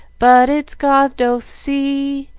but its god doth see,